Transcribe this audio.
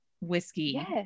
whiskey